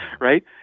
right